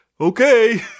Okay